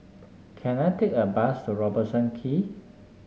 can I take a bus to Robertson Quay